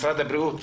משרד הבריאות,